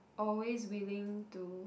always willing to